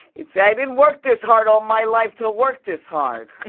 he'd say, i didn't work this hard all my life to work this hard